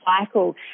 cycle